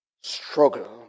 struggle